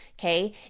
Okay